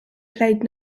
played